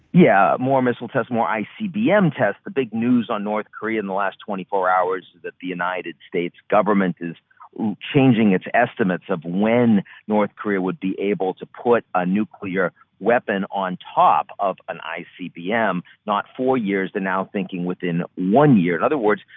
yeah. more missile tests, more icbm tests. the big news on north korea in the last twenty four hours is that the united states government is changing its estimates of when north korea would be able to put a nuclear weapon on top of an icbm. from four years to now thinking within one year. in other words,